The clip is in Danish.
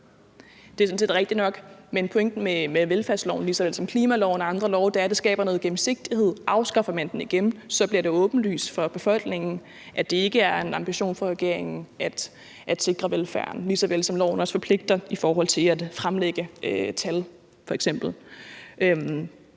Det er sådan set rigtigt nok, men pointen med velfærdsloven lige såvel som klimaloven og andre love er, at det skaber noget gennemsigtighed. Afskaffer man den igen, bliver det åbenlyst for befolkningen, at det ikke er en ambition for regeringen at sikre velfærden, lige såvel som at loven også forpligter f.eks. i forhold til at fremlægge tal.